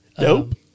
nope